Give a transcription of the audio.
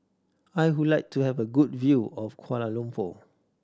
I would like to have a good view of Kuala Lumpur